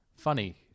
Funny